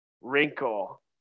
wrinkle